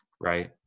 right